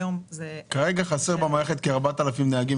כרגע חסרים במערכת כ-4,000 נהגים.